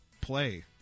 Play